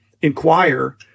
inquire